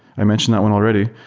i mentioned that one already.